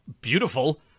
beautiful